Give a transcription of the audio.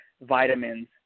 vitamins